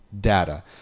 data